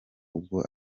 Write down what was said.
ubwo